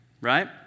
right